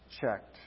checked